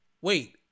wait